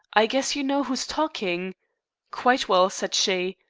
i guess you know who's talking quite well said she.